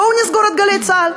בואו נסגור את "גלי צה"ל".